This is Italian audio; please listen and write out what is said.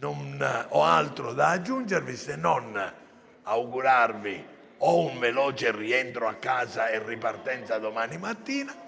Non ho altro da aggiungere se non augurarvi un veloce rientro a casa con ripartenza domani mattina